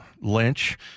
Lynch